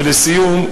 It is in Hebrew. ולסיום,